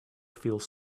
feels